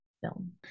film